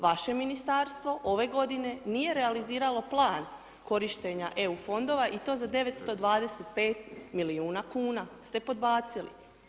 Vaše ministarstvo ove godine nije realiziralo plan korištenja EU fondova i to za 925 milijuna kuna ste podbacili.